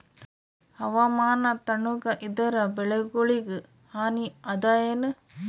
ಹವಾಮಾನ ತಣುಗ ಇದರ ಬೆಳೆಗೊಳಿಗ ಹಾನಿ ಅದಾಯೇನ?